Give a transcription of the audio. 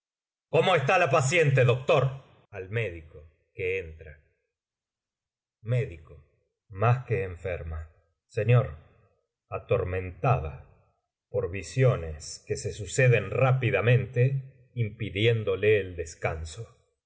cómo está la paciente doctor ai médico que entra más que enferma señor atormentada por visiones que se suceden rápidamente impidiéndole el descanso